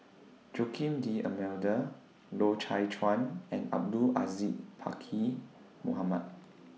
Joaquim D'almeida Loy Chye Chuan and Abdul Aziz Pakkeer Mohamed